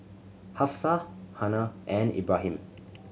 Hafsa Hana and Ibrahim